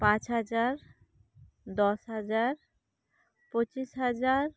ᱯᱟᱸᱪ ᱦᱟᱡᱟᱨ ᱫᱚᱥ ᱦᱟᱡᱟᱨ ᱯᱚᱸᱪᱤᱥ ᱦᱟᱡᱟᱨ